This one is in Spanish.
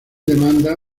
demanda